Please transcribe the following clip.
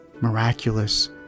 miraculous